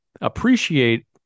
appreciate